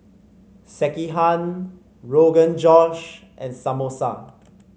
Sekihan Rogan Josh and Samosa